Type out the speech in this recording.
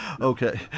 Okay